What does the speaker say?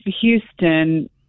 houston